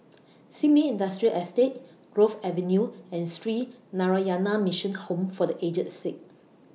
Sin Ming Industrial Estate Grove Avenue and Sree Narayana Mission Home For The Aged Sick